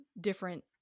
different